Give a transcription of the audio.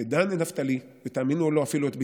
את דן ואת נפתלי, ותאמינו או לא, אפילו את בנימין.